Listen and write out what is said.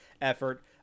effort